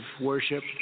worship